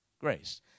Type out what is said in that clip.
grace